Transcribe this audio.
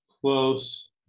close